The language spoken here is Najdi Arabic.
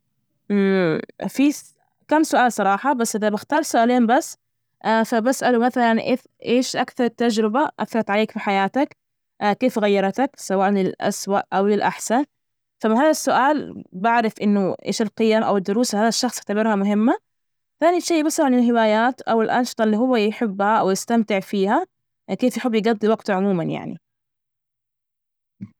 في كم سؤال صراحة بس إذا بختار سؤالين بس، فبسأله مثلا إيش أكثر تجربة أثرت عليك في حياتك؟ كيف غيرتك سواء للأسوء أو للأحسن؟ فبهذا السؤال بعرف إنه إيش القيم أو الدروس ال هذا الشخص يعتبرها مهمة، ثاني شي، بسأله عن الهوايات أو الأنشطة اللي هو يحبها أويستمتع فيها أكيد يحب يجضي وقته عموما يعني؟